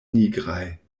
nigraj